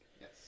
yes